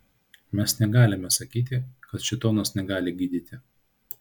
mes negalime sakyti kad šėtonas negali gydyti